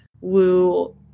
woo